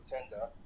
tender